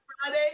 Friday